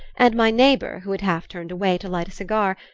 and my neighbor, who had half turned away to light a cigar,